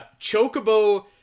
Chocobo